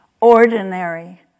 ordinary